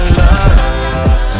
love